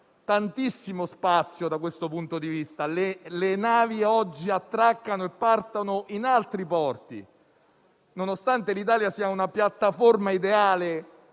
tantissimo spazio da questo punto di vista. Le navi oggi attraccano e partono in altri porti, nonostante l'Italia sia una piattaforma ideale